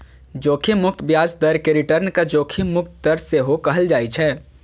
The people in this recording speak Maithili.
जोखिम मुक्त ब्याज दर कें रिटर्नक जोखिम मुक्त दर सेहो कहल जाइ छै